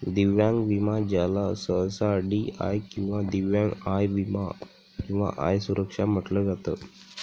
दिव्यांग विमा ज्याला सहसा डी.आय किंवा दिव्यांग आय विमा किंवा आय सुरक्षा म्हटलं जात